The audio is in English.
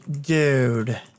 dude